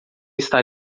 está